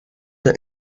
the